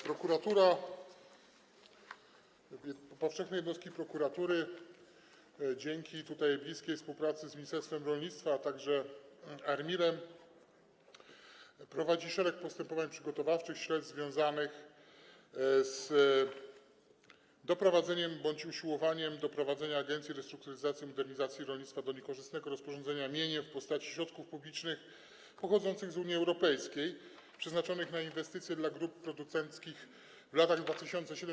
Prokuratura, powszechne jednostki prokuratury dzięki bliskiej współpracy z ministerstwem rolnictwa, a także ARiMR prowadzą szereg postępowań przygotowawczych, śledztw związanych z doprowadzeniem bądź usiłowaniem doprowadzenia Agencji Restrukturyzacji i Modernizacji Rolnictwa do niekorzystnego rozporządzenia mieniem w postaci środków publicznych pochodzących z Unii Europejskiej przeznaczonych na inwestycje dla grup producenckich w latach 2007–2015.